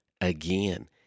Again